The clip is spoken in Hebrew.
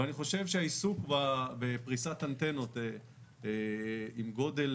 ואני חושב שהעיסוק בפריסת אנטנות עם גודל